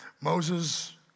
Moses